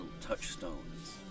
touchstones